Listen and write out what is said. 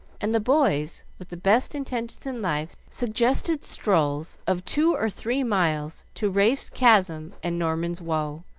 and the boys, with the best intentions in life, suggested strolls of two or three miles to rafe's chasm and norman's woe,